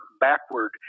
backward